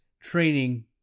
training